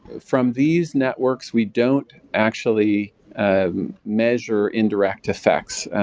from these networks, we don't actually measure indirect effects.